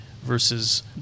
versus